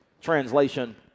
Translation